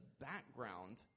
background